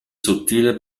sottile